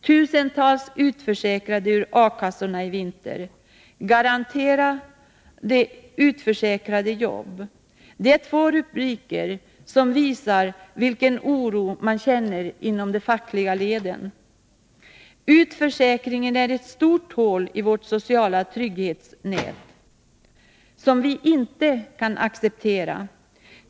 ”Tusentals utförsäkras ur A-kassorna i vinter”, ”Garantera de utförsäkrade jobb!”, är två rubriker som visar oron inom de fackliga leden. Utförsäkringen utgör ett stort hål i vårt sociala trygghetsnät, något som vi inte kan acceptera.